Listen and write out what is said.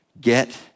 get